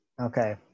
Okay